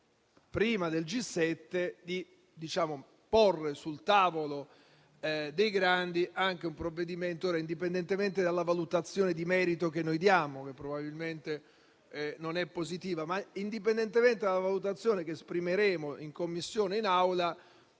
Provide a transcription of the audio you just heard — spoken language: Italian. prima del G7 di porre sul tavolo dei Grandi anche questo provvedimento, indipendentemente dalla valutazione di merito che noi diamo (che probabilmente non è positiva). Indipendentemente dalla valutazione che esprimeremo in Commissione e in Aula,